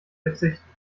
verzichten